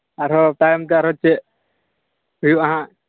ᱟᱨᱦᱚᱸ ᱛᱟᱭᱚᱢᱛᱮ ᱟᱨᱦᱚᱸ ᱪᱮᱫ ᱦᱩᱭᱩᱜᱼᱟ ᱦᱟᱸᱜ